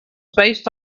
based